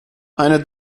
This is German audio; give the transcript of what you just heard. eine